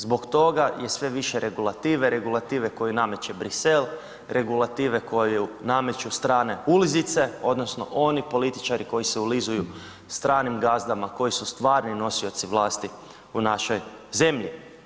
Zbog toga je sve više regulative, regulative koju nameće Brisel, regulative koju nameću strane ulizice odnosno oni političari koji se ulizuju stranim gazdama, koji su stvarni nosioci vlasti u našoj zemlji.